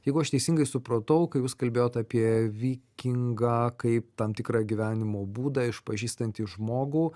jeigu aš teisingai supratau kai jūs kalbėjot apie vikingą kaip tam tikrą gyvenimo būdą išpažįstantį žmogų